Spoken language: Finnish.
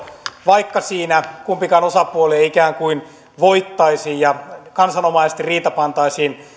vaikka siinä kumpikaan osapuoli ei ei ikään kuin voittaisi ja kansanomaisesti riita pantaisiin